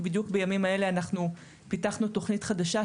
בדיוק בימים הללו אנחנו פיתחנו תוכנית חדשה,